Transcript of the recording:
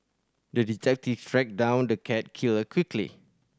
the detective tracked down the cat killer quickly